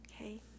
Okay